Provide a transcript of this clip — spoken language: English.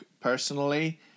personally